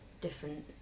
different